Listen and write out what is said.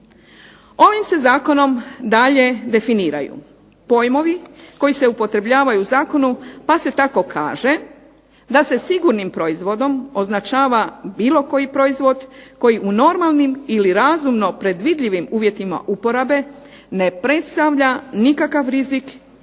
Ovim se zakonom dalje definiraju pojmovi koji se upotrebljavaju u zakonu pa se tako kaže da se sigurnim proizvodom označava bilo koji proizvod koji u normalnim ili razumno predvidljivim uvjetima uporabe ne predstavlja nikakav rizik